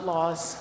Laws